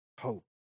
hope